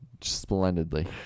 splendidly